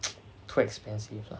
too expensive lah